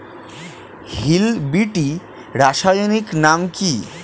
Hill বিটি রাসায়নিক নাম কি?